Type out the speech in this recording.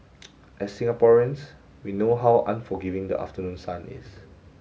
as Singaporeans we know how unforgiving the afternoon sun is